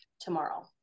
tomorrow